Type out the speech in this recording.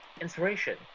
inspiration